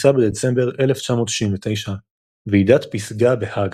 כונסה בדצמבר 1969 ועידת פסגה בהאג